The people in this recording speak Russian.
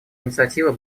инициатива